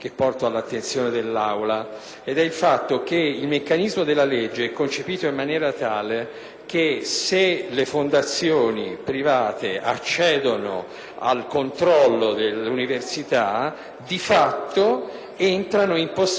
dell'Aula: il meccanismo della legge è concepito in maniera tale che, se le fondazioni private accedono al controllo delle università, di fatto entrano in possesso del loro patrimonio,